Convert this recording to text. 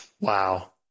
Wow